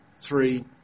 three